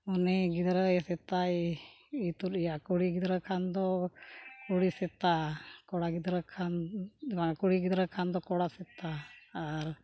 ᱩᱱᱤ ᱜᱤᱫᱽᱨᱟᱹ ᱥᱮᱛᱟᱭ ᱤᱛᱩᱫᱮᱭᱟ ᱠᱩᱲᱤ ᱜᱤᱫᱽᱨᱟᱹ ᱠᱷᱟᱱ ᱫᱚ ᱠᱩᱲᱤ ᱥᱮᱛᱟ ᱠᱚᱲᱟ ᱜᱤᱫᱽᱨᱟᱹ ᱠᱷᱟᱱ ᱵᱟᱝ ᱠᱩᱲᱤ ᱜᱤᱫᱽᱨᱟᱹ ᱠᱷᱟᱱ ᱫᱚ ᱠᱚᱲᱟ ᱥᱮᱛᱟ ᱟᱨ